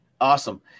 Awesome